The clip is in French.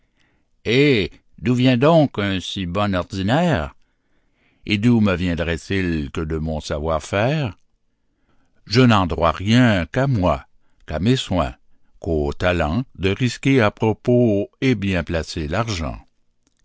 et d'où vient donc un si bon ordinaire et d'où me viendrait-il que de mon savoir-faire je n'en dois rien qu'à moi qu'à mes soins qu'au talent de risquer à propos et bien placer l'argent